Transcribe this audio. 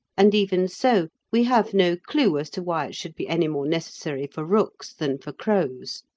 and even so we have no clue as to why it should be any more necessary for rooks than for crows.